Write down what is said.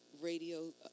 radio